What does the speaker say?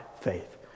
faith